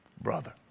Brother